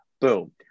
boom